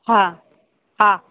हा हा